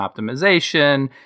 optimization